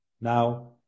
Now